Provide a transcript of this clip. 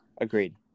agreed